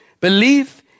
Belief